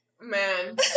Man